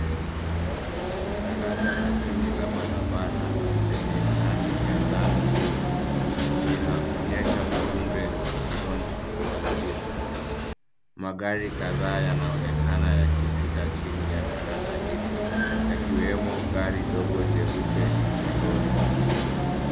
Daraja la chini la barabara lenye rangi ya njano juu linaonyesha ujumbe Don't Overspeed . Magari kadhaa yanaonekana yakipita chini ya daraja hilo yakiwemo gari dogo jeupe na lori.